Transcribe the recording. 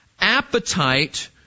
appetite